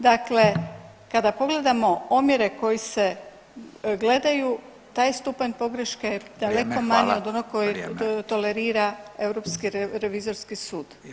Dakle, kada pogledamo omjere koji se gledaju taj stupanj pogreške je daleko manji od onog koji tolerira Europski revizorski sud.